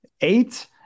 eight